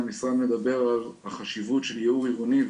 המשרד מדבר על החשיבות של ייעור עירוני,